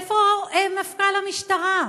איפה מפכ"ל המשטרה?